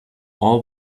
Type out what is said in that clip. all